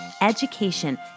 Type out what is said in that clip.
education